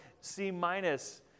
C-minus